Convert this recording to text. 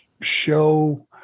show